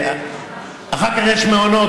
אחר כך יש מעונות,